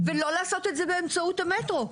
ולא לעשות את זה באמצעות המטרו.